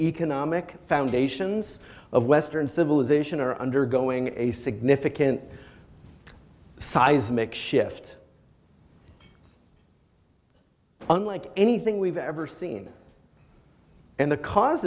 economic foundations of western civilization are undergoing a significant seismic shift unlike anything we've ever seen and the cause